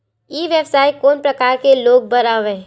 ई व्यवसाय कोन प्रकार के लोग बर आवे?